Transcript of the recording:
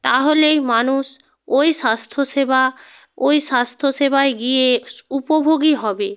তাহলেই মানুষ ওই স্বাস্থ্যসেবা ওই স্বাস্থ্যসেবায় গিয়ে উপভোগী হবে